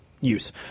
use